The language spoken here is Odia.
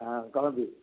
ହଁ କହନ୍ତୁ